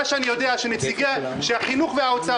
מה שאני יודע שנציגי החינוך והאוצר,